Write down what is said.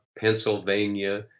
Pennsylvania